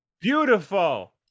Beautiful